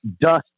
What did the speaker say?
dust